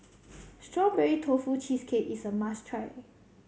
Strawberry Tofu Cheesecake is a must try